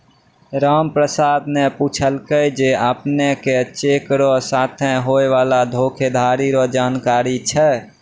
रामप्रसाद न पूछलकै जे अपने के चेक र साथे होय वाला धोखाधरी रो जानकारी छै?